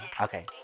Okay